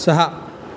सहा